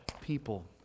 people